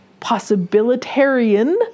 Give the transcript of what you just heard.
possibilitarian